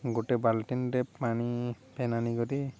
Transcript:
ଗୋଟେ ବାଲ୍ଟିରେ ପାଣି ପେନ୍ ଆନି କରି